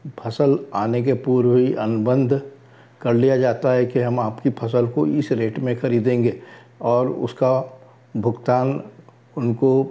फसल आने के पूर्व ही अनुबंध कर लिया जाता है कि हम आपकी फसल को इस रेट में खरीदेंगे और उसका भुगतान उनको